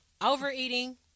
Overeating